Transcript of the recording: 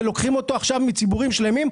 ולוקחים אותו עכשיו מציבורים שלמים.